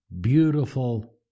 beautiful